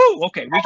okay